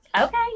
Okay